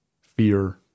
fear